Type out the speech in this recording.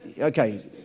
okay